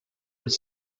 was